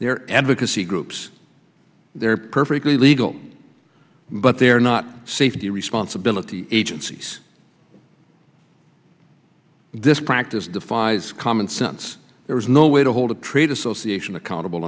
they're advocacy groups they're perfectly legal but they're not safety responsibility agencies this practice defies common sense there is no way to hold a trade association accountable